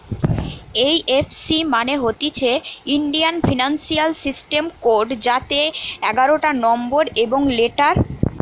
এই F C মানে হতিছে ইন্ডিয়ান ফিনান্সিয়াল সিস্টেম কোড যাতে এগারটা নম্বর এবং লেটার থাকে